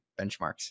benchmarks